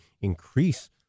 increase